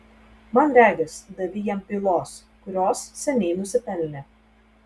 man regis davei jam pylos kurios seniai nusipelnė